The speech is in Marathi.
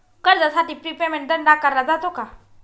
कर्जासाठी प्री पेमेंट दंड आकारला जातो का?